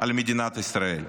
על מדינת ישראל?